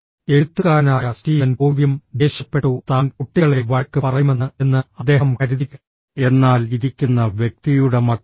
എഴുത്തുകാരനായ സ്റ്റീവൻ കോവിയും ദേഷ്യപ്പെട്ടു താൻ കുട്ടികളെ വഴക്ക് പറയുമെന്ന് എന്ന് അദ്ദേഹം കരുതി എന്നാൽ ഇരിക്കുന്ന വ്യക്തിയുടെ മക്കളാണ്